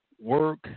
work